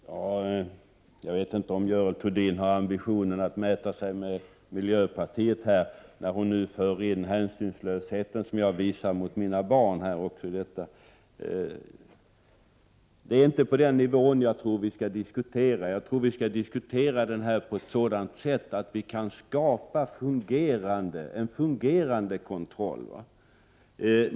Herr talman! Jag vet inte om Görel Thurdin har ambitionen att mäta sig med miljöpartiet här. Hon tar ju också upp detta om att jag skulle vara hänsynslös mot mina barn. Men jag tror inte att det är på den nivån som vi skall föra diskussionen. I stället tror jag att vi skall inrikta oss på att skapa en fungerande kontroll.